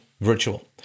virtual